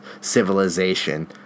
civilization